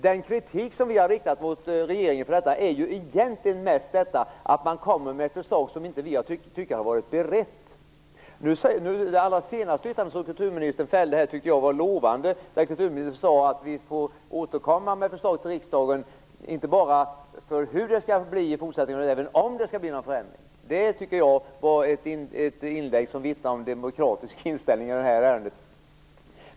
Den kritik som vi har riktat mot regeringen för detta handlar egentligen mest om att man kommer med förslag som vi inte tycker har beretts. Det senaste yttrandet som kulturministern fällde här tycker jag var lovande. Kulturministern sade att man får återkomma med förslag till riksdagen, inte bara i fråga om hur det skall bli i fortsättningen, utan även om det skall bli någon förändring. Det tycker jag var ett inlägg som vittnar om demokratisk inställning i det här ärendet.